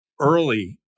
early